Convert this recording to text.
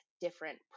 different